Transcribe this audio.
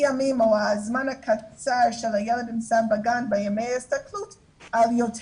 הימים או הזמן הקצר שהילד נמצא בגן בימי ההסתגלות על יותר